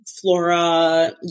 Flora